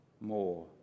more